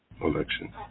election